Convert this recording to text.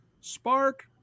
spark